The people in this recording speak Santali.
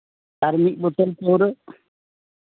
ᱟᱨ ᱢᱤᱫ ᱵᱳᱛᱚᱞ ᱯᱟᱹᱣᱨᱟᱹ